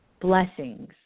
blessings